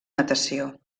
natació